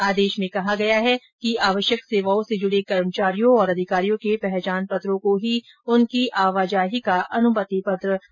आदेश में कहा गया है कि आवश्यक सेवाओं से जुड़े कर्मचारियों और अधिकारियों के पहचानपत्रों को ही उनकी आवाजाही का अनुमतिपत्र माना जाएगा